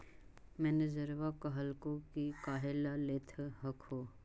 मैनेजरवा कहलको कि काहेला लेथ हहो?